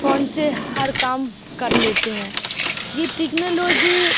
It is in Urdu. فون سے ہر کام کر لیتے ہیں یہ ٹیکنالوزی